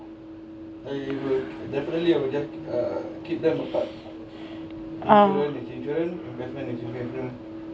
orh